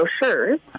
brochures